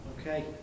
Okay